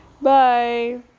bye